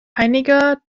einiger